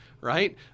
right